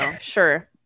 sure